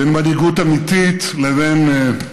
בין מנהיגות אמיתית לבין,